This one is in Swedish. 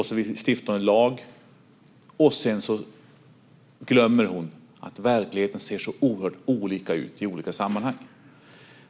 Sedan stiftar hon en lag och glömmer att verkligheten ser så oerhört olika ut i olika sammanhang.